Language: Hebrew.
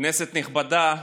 כנסת נכבדה,